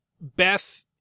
beth